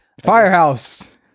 Firehouse